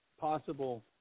possible